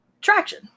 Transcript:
traction